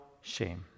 shame